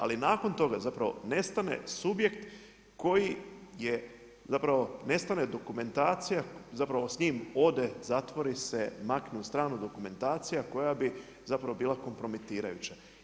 Ali nakon toga zapravo nestaje subjekt koji je zapravo nestaje dokumentacija, zapravo s njim ode, zatvori se, makne u stranu dokumentaciju koja bi zapravo bila kompromitirajuća.